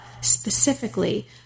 specifically